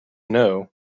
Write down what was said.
know